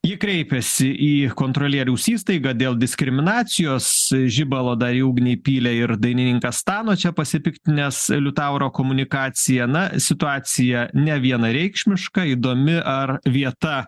ji kreipėsi į kontrolieriaus įstaigą dėl diskriminacijos žibalo dar į ugnį įpylė ir dainininkas stano čia pasipiktinęs liutauro komunikacija na situacija nevienareikšmiška įdomi ar vieta